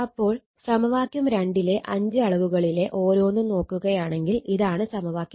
അപ്പോൾ സമവാക്യം ലെ 5 അളവുകളിലെ ഓരോന്നും നോക്കുകയാണെങ്കിൽ ഇതാണ് സമവാക്യം